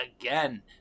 again